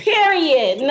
Period